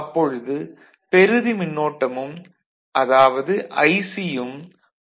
அப்பொழுது பெறுதி மின்னோட்டமும் 0 ஆக இருக்கும்